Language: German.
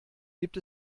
gibt